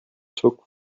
took